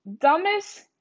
dumbest